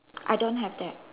I don't have that